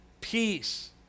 peace